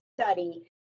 study